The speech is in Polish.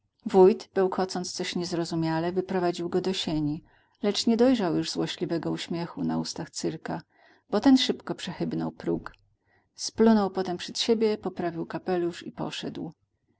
wójt bełkocąc coś niezrozumiale wyprowadził go do sieni lecz nie dojrzał już złośliwego uśmiechu na ustach cyrka bo ten szybko przechybnął próg splunął potem przed siebie poprawił kapelusz i poszedł